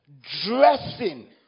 dressing